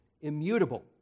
immutable